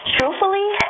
Truthfully